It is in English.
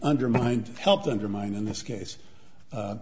undermined helped undermine in this case